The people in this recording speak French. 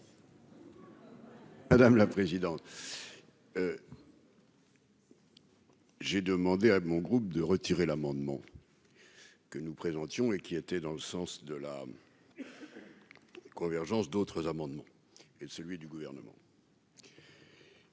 Madame la présidente. J'ai demandé à mon groupe de retirer l'amendement que nous présentions et qui était dans le sens de la convergence d'autres amendements et celui du gouvernement.